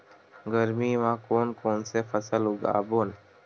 गरमी मा कोन कौन से फसल उगाबोन?